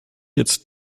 jetzt